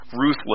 ruthless